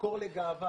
זמן לשאלות של חברי